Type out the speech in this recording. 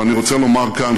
אבל אני רוצה לומר כאן,